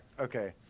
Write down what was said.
Okay